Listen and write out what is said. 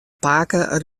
pake